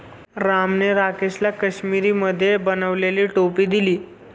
रामने राकेशला काश्मिरीमध्ये बनवलेली टोपी दिली